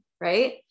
Right